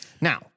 Now